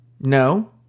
no